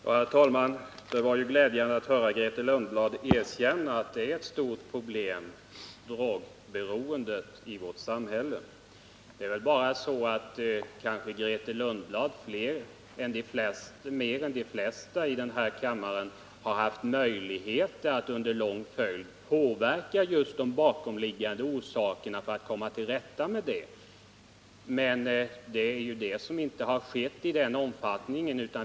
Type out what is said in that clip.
Herr talman! Det var glädjande att höra Grethe Lundblad erkänna att drogberoendet i vårt samhälle är ett stort problem. Grethe Lundblad har kanske mer än de flesta här i kammaren haft möjligheter att under en lång följd av år med anknytning till regeringsmakten kunnat påverka de bakomliggande orsakerna, men det är just det som inte har skett i tillräcklig omfattning.